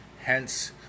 hence